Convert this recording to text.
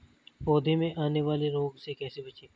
पौधों में आने वाले रोग से कैसे बचें?